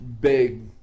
big